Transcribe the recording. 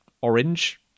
orange